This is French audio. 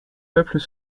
peuples